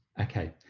okay